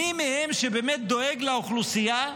מי מהם שבאמת דואג לאוכלוסייה,